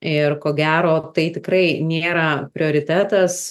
ir ko gero tai tikrai nėra prioritetas